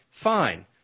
fine